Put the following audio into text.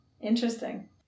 Interesting